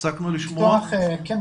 ברשותך, אני רוצה לפתוח באיזושהי